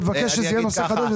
לבקש שזה יהיה נושא חדש.